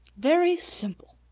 very simple.